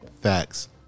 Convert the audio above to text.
Facts